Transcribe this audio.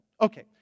Okay